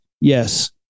Yes